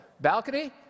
Balcony